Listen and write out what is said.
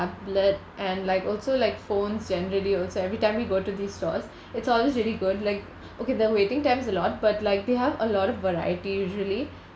tablet and like also like phones generally also every time we go to these stores it's always really good like okay the waiting time's a lot but like they have a lot of variety usually